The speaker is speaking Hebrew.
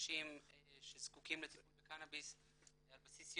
באנשים שזקוקים לטיפול בקנאביס על בסיס יום-יומי.